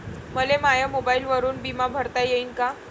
मले माया मोबाईलवरून बिमा भरता येईन का?